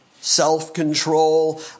self-control